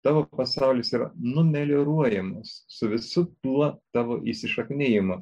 tavo pasaulis yra numelioruojamas su visu tuo tavo įsišaknijimu